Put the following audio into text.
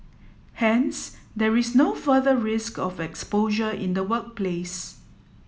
hence there is no further risk of exposure in the workplace